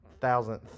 thousandth